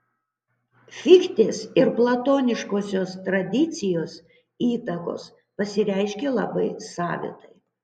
fichtės ir platoniškosios tradicijos įtakos pasireiškė labai savitai